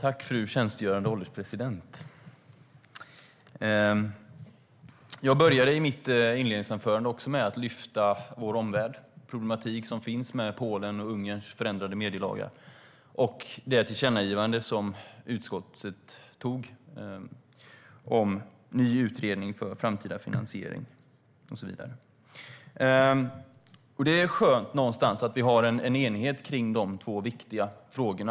Fru ålderspresident! Jag började mitt inledningsanförande med att lyfta fram vår omvärld och den problematik som finns med Polens och Ungerns förändrade medielagar och det tillkännagivande som utskottet gjorde om en ny utredning om framtida finansiering och så vidare. Det är skönt någonstans att vi har en enighet om dessa två viktiga mediefrågor.